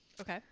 okay